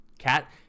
cat